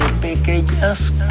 pequeñas